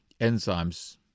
enzymes